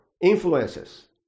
influences